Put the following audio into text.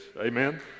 Amen